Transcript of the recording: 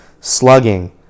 Slugging